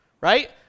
right